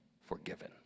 forgiven